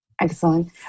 Excellent